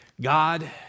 God